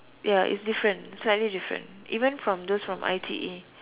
ya it's different slightly least different even from those from I_T_E